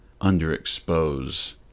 underexpose